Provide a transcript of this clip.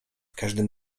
każdym